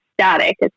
static